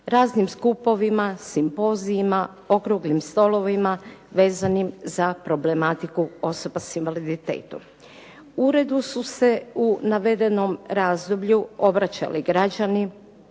raznim skupovima, simpozijima, okruglim stolovima vezanim za problematiku osoba s invaliditetom. Uredu su se u navedenom razdoblju obraćali građani,